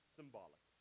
symbolic